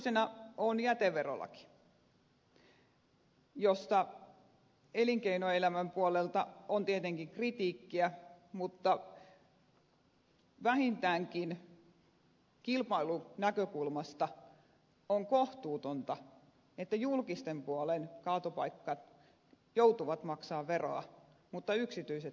toisena on jäteverolaki josta elinkeinoelämän puolelta on tietenkin kritiikkiä mutta vähintäänkin kilpailunäkökulmasta on kohtuutonta että julkisen puolen kaatopaikat joutuvat maksamaan veroa mutta yksityiset kaatopaikat eivät